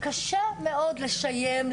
קשה מאוד לשיים,